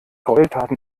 greueltaten